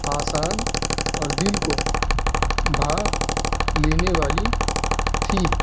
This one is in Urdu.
آسان اور دل کو بھا لینے والی تھی